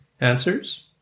answers